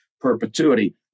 perpetuity